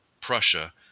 Prussia